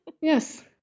yes